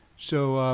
so,